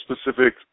specific